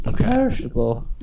Okay